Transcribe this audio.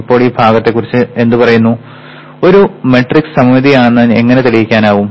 ഇപ്പോൾ ഈ ഭാഗത്തെക്കുറിച്ച് എന്ത് പറയുന്നു ഒരു മാട്രിക്സ് സമമിതിയാണെന്ന് എങ്ങനെ തെളിയിക്കും